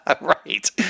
Right